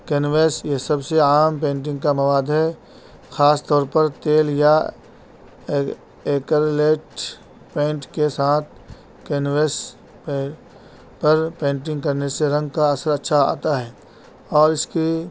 canvas یہ سب سے عام پینٹنگ کا مواد ہے خاص طور پر تیل یا ایکلیٹ پینٹ کے ساتھ کینویس پہ پر پینٹنگ کرنے سے رنگ کا اثر اچھا آتا ہے اور اس کی